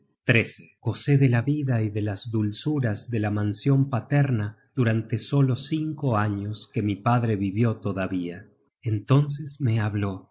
elogio gocé de la vida y de las dulzuras de la mansion paterna durante solos cinco años que mi padre vivió todavía entonces me habló